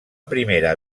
primera